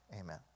amen